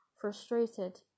Frustrated